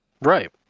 Right